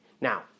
Now